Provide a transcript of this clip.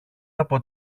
από